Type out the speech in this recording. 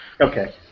Okay